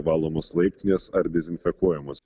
valomos laiptinės ar dezinfekuojamos